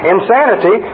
Insanity